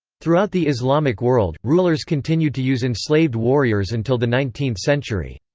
throughout the islamic world, rulers continued to use enslaved warriors until the nineteenth century.